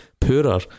poorer